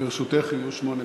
לרשותך יהיו שמונה דקות.